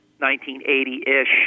1980-ish